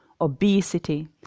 obesity